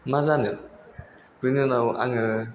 मा जानो बिनि उनाव आङो